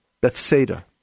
Bethsaida